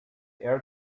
air